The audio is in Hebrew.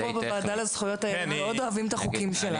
אנחנו פה בוועדה לזכויות הילד מאוד אוהבים את החוקים שלנו.